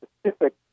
specific